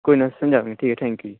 ਕੋਈ ਨਾ ਸਮਝਾਵੀ ਠੀਕ ਹੈ ਥੈਂਕ ਯੂ ਜੀ